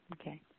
okay